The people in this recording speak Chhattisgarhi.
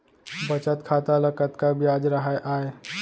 बचत खाता ल कतका ब्याज राहय आय?